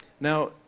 Now